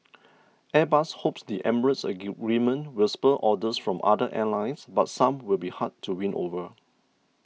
airbus hopes the Emirates agreement will spur orders from other airlines but some will be hard to win over